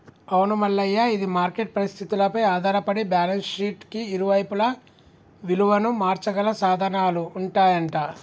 అవును మల్లయ్య ఇది మార్కెట్ పరిస్థితులపై ఆధారపడి బ్యాలెన్స్ షీట్ కి ఇరువైపులా విలువను మార్చగల సాధనాలు ఉంటాయంట